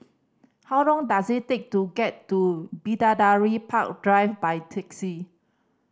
how long does it take to get to Bidadari Park Drive by taxi